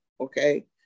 okay